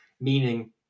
meaning